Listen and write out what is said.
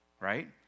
Right